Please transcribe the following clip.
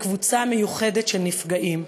הם קבוצה מיוחדת של נפגעים,